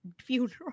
funeral